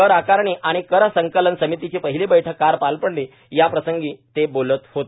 कर आकारणी आणि कर संकलन समितीची पहिली बैठक काल पार पडली याप्रसंगी ते बोलत होते